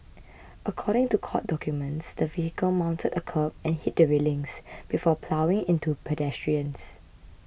according to court documents the vehicle mounted a kerb and hit the railings before ploughing into pedestrians